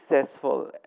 successful